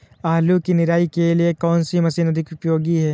आलू की निराई के लिए कौन सी मशीन अधिक उपयोगी है?